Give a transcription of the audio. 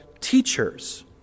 teachers